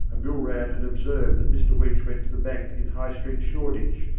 and bill rann had observed that mr weech went to the bank in high street, shoreditch,